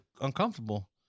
uncomfortable